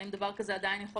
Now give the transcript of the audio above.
האם דבר כזה עדיין יכול